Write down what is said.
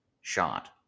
shot